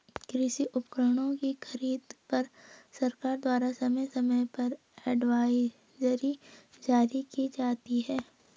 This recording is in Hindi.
कृषि उपकरणों की खरीद पर सरकार द्वारा समय समय पर एडवाइजरी जारी की जाती है